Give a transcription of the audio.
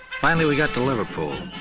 finally we got to liverpool,